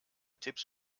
tipps